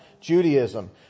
Judaism